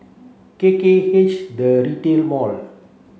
K K H The Retail Mall